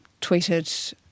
tweeted